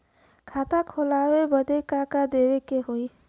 खाता खोलावे बदी का का देवे के होइ?